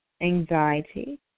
anxiety